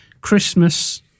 Christmas